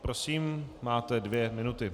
Prosím, máte dvě minuty.